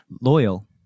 Loyal